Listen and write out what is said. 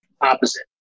Opposite